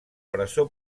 presó